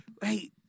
hey